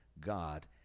God